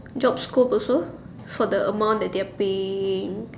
job scope also for the amount that they are paying